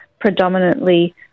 predominantly